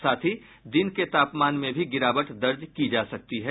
साथ ही दिन के तापमान में भी गिरावट दर्ज किया जा सकता है